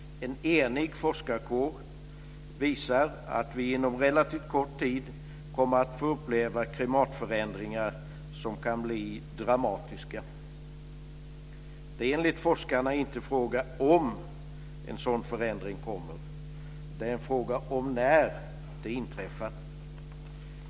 En enig forskarkår visar att vi inom relativt kort tid kommer att få uppleva klimatförändringar som kan bli dramatiska. Det är enligt forskarna inte frågan om en sådan förändring kommer, utan det är frågan om när det inträffar.